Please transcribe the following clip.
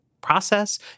process